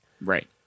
Right